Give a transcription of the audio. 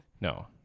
no